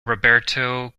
roberto